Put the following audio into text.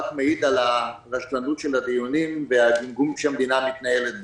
זה רק מעיד על הרשלנות של הדיונים והגמגום שהמדינה מתנהלת בו.